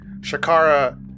Shakara